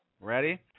Ready